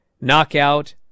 knockout